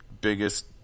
biggest